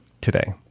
today